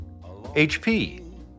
HP